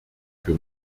für